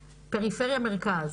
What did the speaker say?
פריפריה-מרכז,